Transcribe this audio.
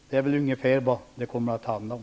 Det är nog ungefär vad det kommer att handla om.